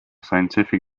scientific